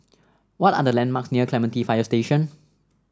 what are the landmarks near Clementi Fire Station